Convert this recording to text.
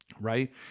right